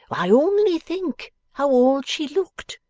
why, only think how old she looked.